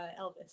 Elvis